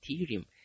Ethereum